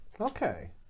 Okay